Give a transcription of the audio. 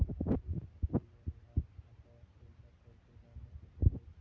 आपलं खातंही व्यवहार खातं असेल तर पैसे काढणं सोपं जाईल